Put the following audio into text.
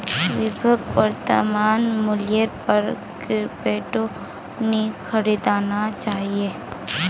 विभाक वर्तमान मूल्येर पर क्रिप्टो नी खरीदना चाहिए